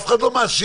אף אחד לא מאשים,